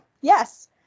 yes